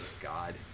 God